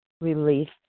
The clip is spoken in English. relief